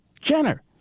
Jenner